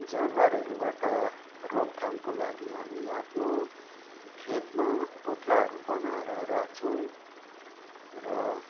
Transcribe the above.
जनावरहरूबाट रोगथामको लागि हामी आफ्नो खेतमा पुतलाहरू बनाएर राख्छौँ र